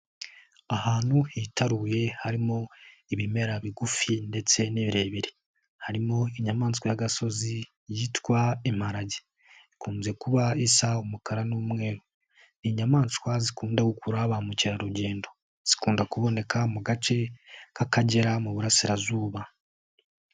Ahantu hitaruye harimo ibimera bigufi ndetse n'ibirebire. Harimo inyamaswa y'agasozi yitwa imparage. Ikunze kuba isa umukara n'umweru. Ni inyamaswa zikunda gukura ba mukerarugendo. Zikunda kuboneka mu gace k'Akagera mu burasirazuba.